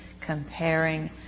comparing